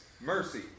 mercy